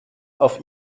auf